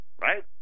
right